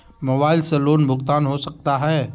Mobile से loan भुगतान हो सकता है?